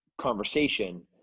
conversation